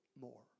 more